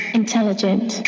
intelligent